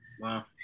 Wow